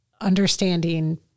understanding